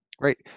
right